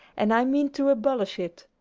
and i mean to abolish it.